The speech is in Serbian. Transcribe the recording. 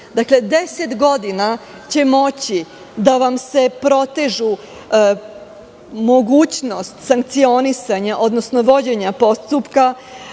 deset godina će moći da vam se protežu mogućnost, sankcionisanje, odnosno vođenja postupka